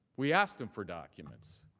we asked him for documents.